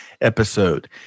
episode